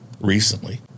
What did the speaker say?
recently